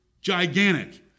gigantic